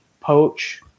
poach